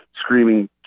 screaming